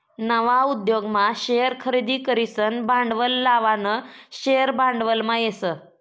नवा उद्योगमा शेअर खरेदी करीसन भांडवल लावानं शेअर भांडवलमा येस